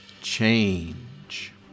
change